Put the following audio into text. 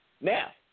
Now